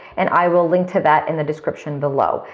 and i will link to that in the description below.